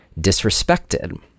disrespected